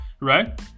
right